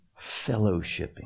fellowshipping